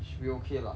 should be okay lah